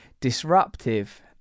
disruptive